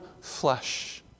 flesh